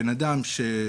בן אדם שנתקל,